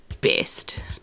best